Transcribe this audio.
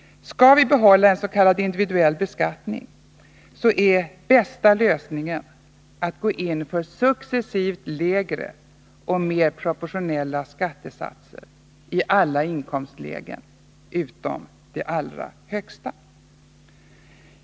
Skall vi behålla en s.k. individuell beskattning är bästa lösningen att gå in för successivt lägre och mer proportionella skattesatser i alla inkomstlägen utom de allra högsta.